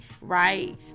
right